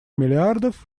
миллиардов